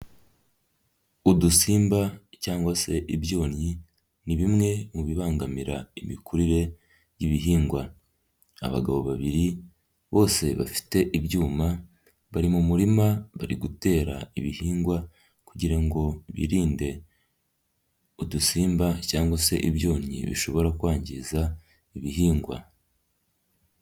Udusimba cyangwa se ibyunnyi, ni bimwe mu bibangamira imikurire y'ibihingwa, abagabo babiri, bose bafite ibyuma, bari mu murima bari gutera ibihingwa kugira ngo birinde udusimba cyangwa se ibyonnyi bishobora kwangiza ibihingwa.